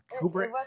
Kubrick